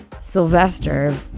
Sylvester